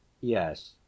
Yes